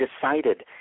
decided